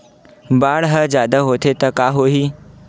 बाढ़ ह जादा होथे त का होही?